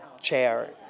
chair